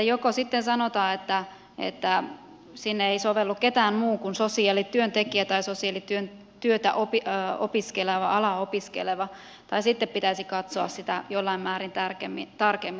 joko sitten sanotaan että sinne ei sovellu kukaan muu kuin sosiaalityöntekijä tai sosiaalityöalaa opiskeleva tai sitten pitäisi katsoa tätä jossain määrin tarkemmin